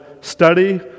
Study